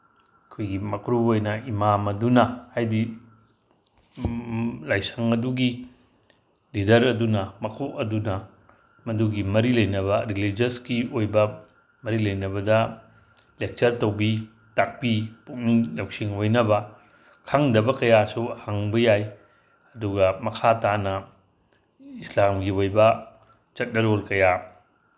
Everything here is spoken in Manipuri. ꯑꯩꯈꯣꯏꯒꯤ ꯃꯀ꯭ꯔꯨ ꯑꯣꯏꯅ ꯏꯃꯥꯝ ꯑꯗꯨꯅ ꯍꯥꯏꯗꯤ ꯂꯥꯏꯁꯪ ꯑꯗꯨꯒꯤ ꯂꯤꯗꯔ ꯑꯗꯨꯅ ꯃꯀꯣꯛ ꯑꯗꯨꯅ ꯃꯗꯨꯒꯤ ꯃꯔꯤ ꯂꯩꯅꯕ ꯔꯤꯂꯤꯖꯁꯀꯤ ꯑꯣꯏꯕ ꯃꯔꯤ ꯂꯩꯅꯕꯗ ꯂꯦꯛꯆꯔ ꯇꯧꯕꯤ ꯇꯥꯛꯄꯤ ꯄꯨꯛꯅꯤꯡ ꯂꯧꯁꯤꯡ ꯑꯣꯏꯅꯕ ꯈꯪꯗꯕ ꯀꯌꯥꯁꯨ ꯍꯪꯕ ꯌꯥꯏ ꯑꯗꯨꯒ ꯃꯈꯥ ꯇꯥꯅ ꯏꯁꯂꯥꯝꯒꯤ ꯑꯣꯏꯕ ꯆꯠꯅꯔꯣꯜ ꯀꯌꯥ